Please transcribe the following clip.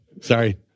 Sorry